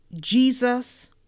Jesus